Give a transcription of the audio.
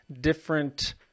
different